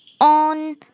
on